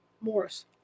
Morris